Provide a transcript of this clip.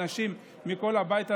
אנשים מכל הבית הזה,